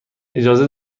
اجازه